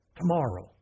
Tomorrow